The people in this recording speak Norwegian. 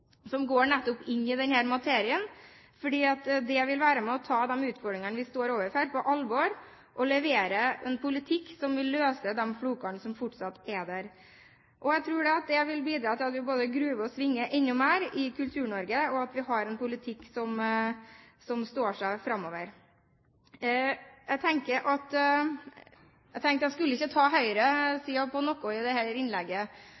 som nettopp går inn i denne materien, fordi det vil være med og ta de utfordringene vi står overfor, på alvor, og man vil levere en politikk som vil løse de flokene som fortsatt er der. Jeg tror at det vil bidra til at vi både groover og svinger enda mer i Kultur-Norge, og at vi har en politikk som står seg framover. Jeg tenkte at jeg ikke skulle ta høyresiden på noe i dette innlegget,